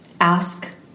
ask